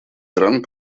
иран